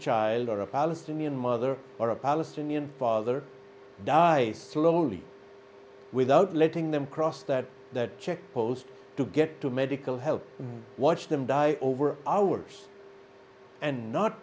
child or a palestinian mother or a palestinian father dies slowly without letting them cross that that check post to get to medical help watch them die over hours and not